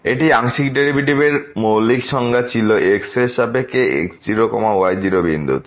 এটি আংশিক ডেরিভেটিভের মৌলিক সংজ্ঞা ছিল x এর সাপেক্ষে x0 y0 বিন্দুতে